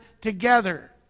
together